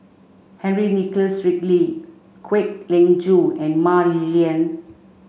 Henry Nicholas Ridley Kwek Leng Joo and Mah Li Lian